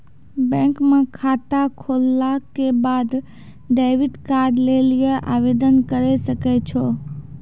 bank म खाता खोलला के बाद डेबिट कार्ड लेली आवेदन करै सकै छौ